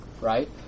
right